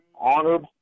honored